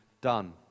done